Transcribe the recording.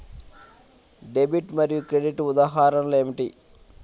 Debit మరియు credit ఉదాహరణలు ఏమిటీ?